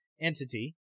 entity